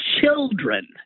children